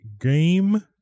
game